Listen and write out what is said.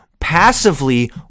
Passively